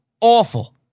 awful